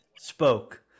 spoke